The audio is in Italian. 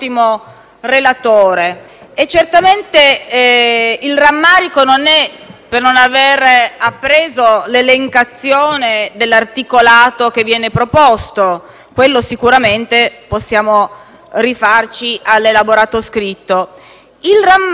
potuto apprendere l'elencazione dell'articolato che viene proposto - per quello sicuramente possiamo rifarci all'elaborato scritto - ma dal non aver potuto ascoltare qual è